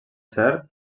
cert